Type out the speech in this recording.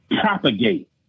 propagate